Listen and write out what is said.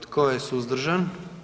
Tko je suzdržan?